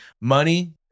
money